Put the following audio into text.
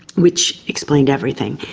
which explained everything.